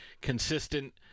consistent